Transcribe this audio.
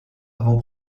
avant